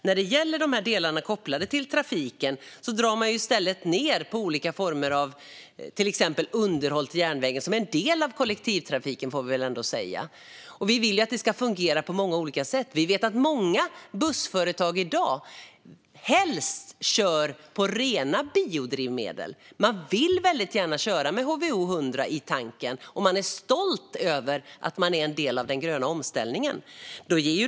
När det gäller delarna med koppling till trafiken drar man i stället ned på olika former av till exempel underhåll till järnvägen, som vi väl ändå får säga är en del av kollektivtrafiken. Vi vill att det ska fungera på många olika sätt, och vi vet att många bussföretag i dag helst kör på rena biodrivmedel. Man vill väldigt gärna köra med HVO 100 i tanken, och man är stolt över att vara en del av den gröna omställningen.